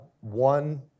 one